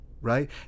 right